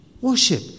Worship